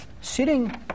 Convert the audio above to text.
sitting